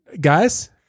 Guys